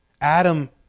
Adam